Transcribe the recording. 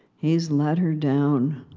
he's let her down.